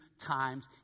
times